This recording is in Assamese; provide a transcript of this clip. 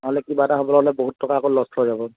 ন'হলে কিবা এটা হ'ব হ'লে বহুত টকা লষ্ট হৈ যাব